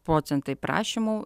procentai prašymų